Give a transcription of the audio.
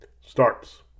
starts